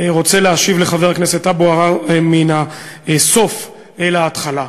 רוצה להשיב לחבר הכנסת טלב אבו עראר מן הסוף אל ההתחלה.